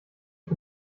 ich